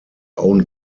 own